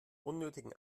unnötigen